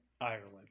Ireland